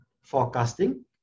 forecasting